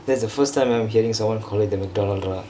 that's the first time I hear someone call it the macdonald ற:ra